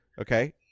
okay